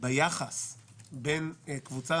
ביחס בין קבוצה